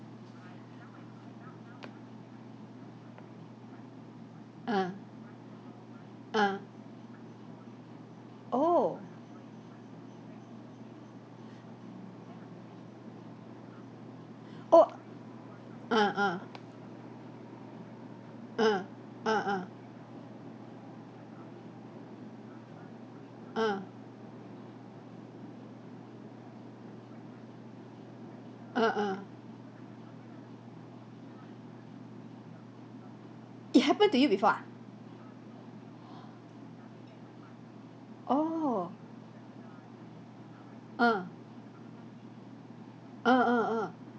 ah ah oh oh ah ah ah ah ah ah ah ah it happened to you before ah oh ah ah ah ah